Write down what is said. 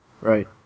right